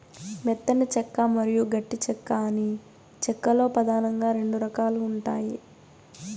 మెత్తని చెక్క మరియు గట్టి చెక్క అని చెక్క లో పదానంగా రెండు రకాలు ఉంటాయి